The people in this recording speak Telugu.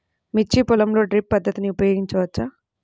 మిర్చి పొలంలో డ్రిప్ పద్ధతిని ఉపయోగించవచ్చా?